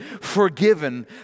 forgiven